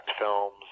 films